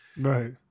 Right